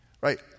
right